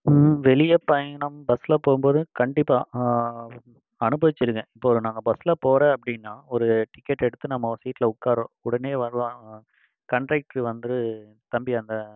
வெளியே பயணம் பஸ்ஸில் போகும்போது கண்டிப்பாக அனுபவிச்சிருக்கேன் இப்போது ஒரு நாங்கள் பஸ்ஸில் போறேன் அப்படின்னா ஒரு டிக்கெட் எடுத்து நம்ம ஒரு சீட்டில் உட்காரோம் உடனே வருவாங்க கன்ட்ரேக்ட்ரு வந்து தம்பி அந்த